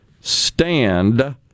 STAND